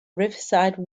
riverside